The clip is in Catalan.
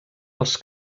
als